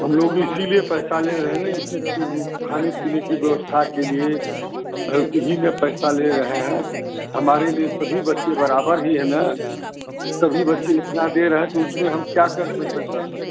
हम लोग इसीलिए पैसा ले रहे ना इसी पर वो खाने पीने की व्यवस्था के लिए इही ना पैसा ले रहे हैं हमारे लिए सभी बच्चे बराबर ही है ना सभी बच्चे इतना दे रहे हैं तो उसमें हम क्या कंसेसन कर सकते